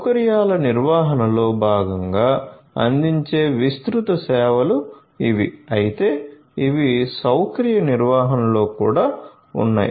సౌకర్యాల నిర్వహణలో భాగంగా అందించే విస్తృత సేవలు ఇవి అయితే ఇవి సౌకర్య నిర్వహణలో కూడా ఉన్నాయి